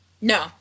No